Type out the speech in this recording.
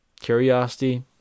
curiosity